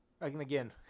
again